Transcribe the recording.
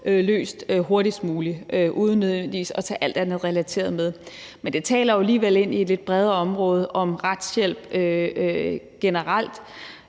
løst hurtigst muligt, uden nødvendigvis at tage alt andet relateret med, men det taler jo alligevel ind i et lidt bredere område om retshjælp generelt